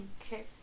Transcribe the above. Okay